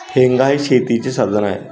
हेंगा हे शेतीचे साधन आहे